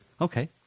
Okay